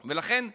לכן,